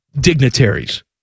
dignitaries